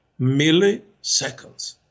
milliseconds